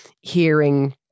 hearing